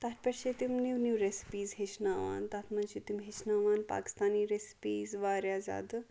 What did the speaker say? تتھ پیٚٹھ چھِ تِم نٔوۍ نٔوۍ ریٚسپیٖز ہیٚچھناوان تتھ مَنٛز چھِ تِم ہیٚچھناوان پاکِستانی ریسپیٖز واریاہ زیادٕ